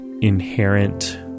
inherent